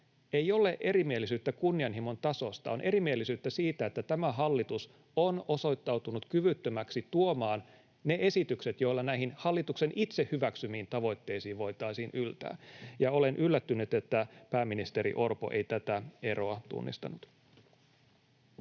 Ei ole erimielisyyttä kunnianhimon tasosta, vaan on erimielisyyttä siitä, että tämä hallitus on osoittautunut kyvyttömäksi tuomaan ne esitykset, joilla näihin hallituksen itse hyväksymiin tavoitteisiin voitaisiin yltää, ja olen yllättynyt, että pääministeri Orpo ei tätä eroa tunnistanut.